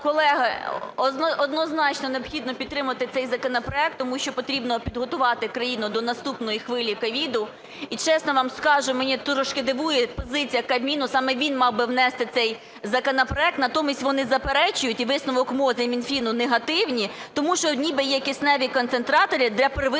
Колеги, однозначно необхідно підтримувати цей законопроект, тому що потрібно підготувати країну до наступної хвилі COVID. І чесно вам скажу, мене трошки дивує позиція Кабміну, саме він мав би внести цей законопроект. Натомість вони заперечують, і висновок МОЗ, і Мінфіну негативні, тому що ніби є кисневі концентратори для первинної